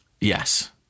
Yes